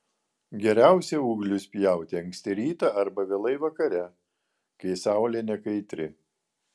geriausia ūglius pjauti anksti rytą arba vėlai vakare kai saulė nekaitri